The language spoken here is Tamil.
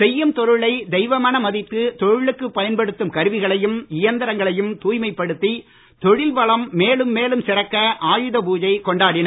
செய்யும் தொழிலை தெய்வமென மதித்து தொழிலுக்குப் பயன்படுத்தும் கருவிகளையும் இயந்திரங்களையும் தூய்மைப்படுத்தி தொழில் வளம் மேலும் மேலும் சிறக்க ஆயுதபூஜை கொண்டாடினர்